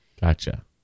gotcha